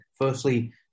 firstly